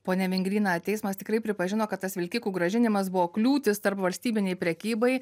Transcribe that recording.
pone vingry na teismas tikrai pripažino kad tas vilkikų grąžinimas buvo kliūtis tarpvalstybinei prekybai